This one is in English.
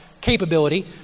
capability